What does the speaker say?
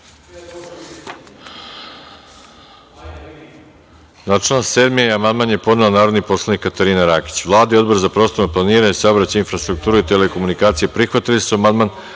Na član 7. amandman je podneo narodni poslanik Katarina Rakić. Vlada i Odbor za prostorno planiranje, saobraćaj, infrastrukturu i telekomunikacije prihvatili su